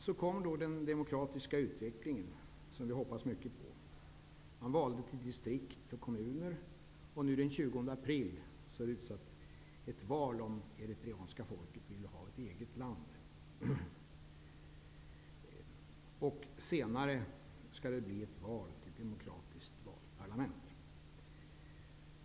Så kom då den demokratiska utveckling som vi hoppas mycket på. Man valde till distrikt och kommuner. Till den 20 april är det utsatt ett val, där det eritreanska folket får säga om det vill ha ett eget land. Senare skall det bli val till ett demokratiskt valt parlament.